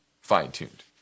fine-tuned